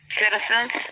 citizens